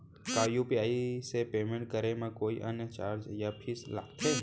का यू.पी.आई से पेमेंट करे म कोई अन्य चार्ज या फीस लागथे?